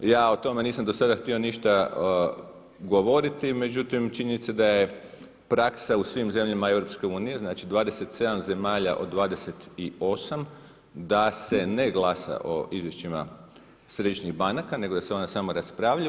Ja o tome nisam do sada htio ništa govoriti, međutim činjenica je da je praksa u svim zemljama EU, znači 27 zemalja od 28 da se ne glasa o izvješćima središnjih banaka nego da se ona samo raspravljaju.